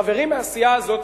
חברים מהסיעה הזאת,